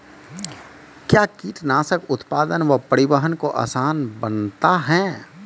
कया कीटनासक उत्पादन व परिवहन को आसान बनता हैं?